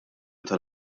tal